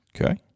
Okay